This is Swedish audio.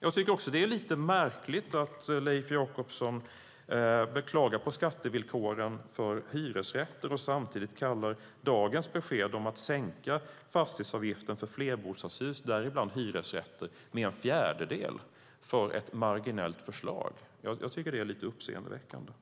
Jag tycker också att det är lite märkligt att Leif Jakobsson klagar på skattevillkoren för hyresrätter och samtidigt kallar dagens besked om att sänka fastighetsavgiften för flerbostadshus, däribland hyresrätter, med en fjärdedel för ett marginellt förslag. Jag tycker att det är lite uppseendeväckande. Fru talman!